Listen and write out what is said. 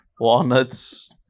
Walnuts